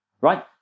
right